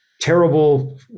terrible